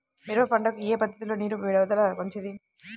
మిరప పంటకు ఏ పద్ధతిలో నీరు విడుదల మంచిది?